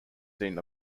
seen